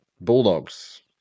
Bulldogs